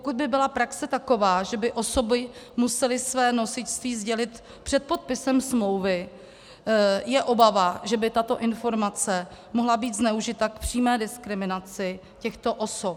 Pokud by byla praxe taková, že by osoby musely své nosičství sdělit před podpisem smlouvy, je obava, že by tato informace mohla být zneužita k přímé diskriminaci těchto osob.